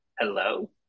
Hello